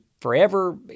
forever